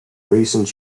recent